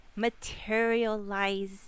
materialize